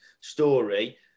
story